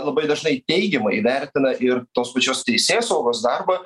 labai dažnai teigiamai įvertina ir tos pačios teisėsaugos darbą